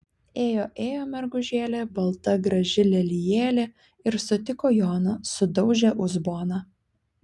ėjo ėjo mergužėlė balta graži lelijėlė ir sutiko joną sudaužė uzboną